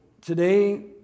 today